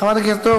חברת הכנסת,